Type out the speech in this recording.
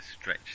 stretch